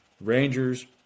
Rangers